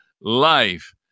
life